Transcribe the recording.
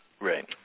Right